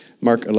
Mark